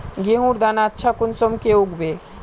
गेहूँर दाना अच्छा कुंसम के उगबे?